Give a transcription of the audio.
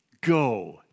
Go